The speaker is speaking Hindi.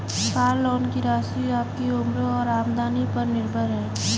कार लोन की राशि आपकी उम्र और आमदनी पर निर्भर है